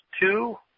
two